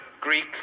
Greek